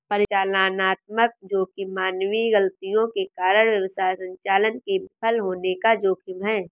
परिचालनात्मक जोखिम मानवीय गलतियों के कारण व्यवसाय संचालन के विफल होने का जोखिम है